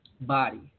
body